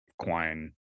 Quine